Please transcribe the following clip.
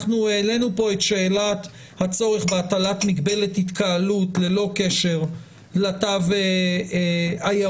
העלינו כאן את שאלת הצורך בהטלת מגבלת התקהלות ללא קשר לתו הירוק,